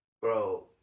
Bro